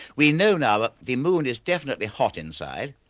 we know now that the moon is definitely hot inside.